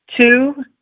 two